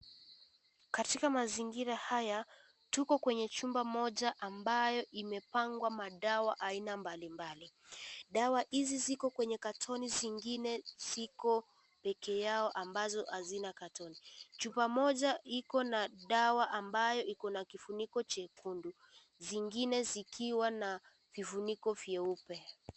Katika mazingira haya, tuko kwenye chumba moja ambayo imepangwa madawa aina mbalimbali. Dawa hizi ziko kwenye katoni, zingine ziko peke yao ambayo hazina katoni. Chumba moja iko na dawa ambayo iko na kifuniko jekundu, zingine zikiwa na vifuniko vyeupe.